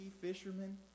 fishermen